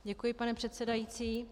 Děkuji, pane předsedající.